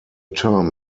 term